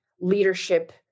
leadership